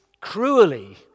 cruelly